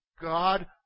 God